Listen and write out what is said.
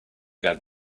that